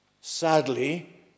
sadly